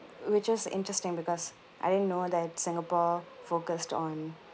which is interesting because I didn't know that singapore focused on